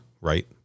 right